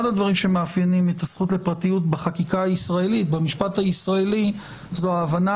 הדברים שמאפיינים את הזכות לפרטיות במשפט הישראלי זו ההבנה